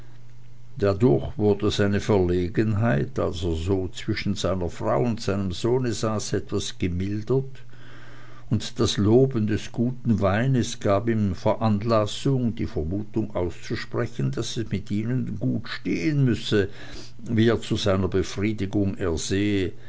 dadurch wurde seine verlegenheit als er so zwischen seiner frau und seinem sohne saß etwas gemildert und das loben des guten weines gab ihm veranlassung die vermutung auszusprechen daß es also mit ihnen gut stehen müsse wie er zu seiner befriedigung ersehe